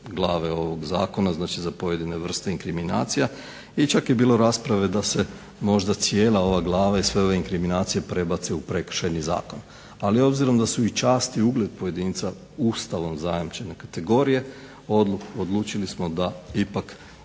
glave ovog Zakona. Znači za pojedine vrste inkriminacija i čak je bilo rasprave da se možda cijela ova glava i sve ove inkriminacije prebace u Prekršajni zakon. Ali obzirom da su i čast i ugled pojedinca Ustavom zajamčene kategorije odlučili smo da ipak